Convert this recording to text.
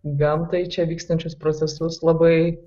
gamtą į čia vykstančius procesus labai